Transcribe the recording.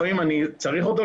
לפעמים אני צריך אותו,